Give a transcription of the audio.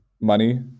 money